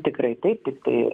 tikrai taip tiktai